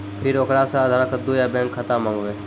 फिर ओकरा से आधार कद्दू या बैंक खाता माँगबै?